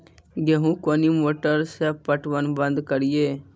गेहूँ कोनी मोटर से पटवन बंद करिए?